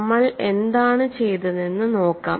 നമ്മൾ എന്താണ് ചെയ്തതെന്ന് നോക്കാം